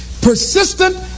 persistent